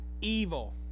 evil